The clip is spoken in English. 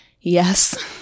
Yes